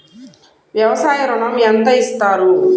వ్యవసాయ ఋణం ఎంత ఇస్తారు?